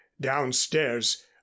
Downstairs